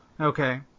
Okay